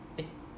eh